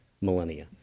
millennia